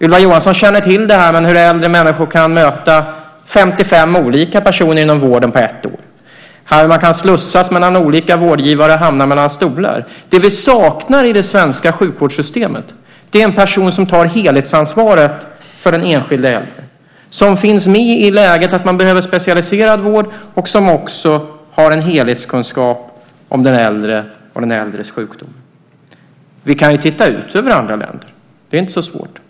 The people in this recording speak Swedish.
Ylva Johansson känner till att äldre människor kan möta 55 olika personer inom vården på ett år. De kan slussas mellan olika vårdgivare och hamna mellan stolar. Det vi saknar i det svenska sjukvårdssystemet är en person som tar helhetsansvaret för den enskilde äldre, som finns med i det läge då man behöver specialiserad vård och som också har en helhetskunskap om den äldre och den äldres sjukdom. Vi kan titta ut över andra länder. Det är inte så svårt.